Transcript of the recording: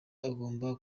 agomba